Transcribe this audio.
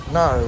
no